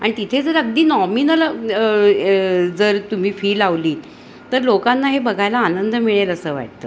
आणि तिथे जर अगदी नॉमिनल जर तुम्ही फी लावली तर लोकांना हे बघायला आनंद मिळेल असं वाटतं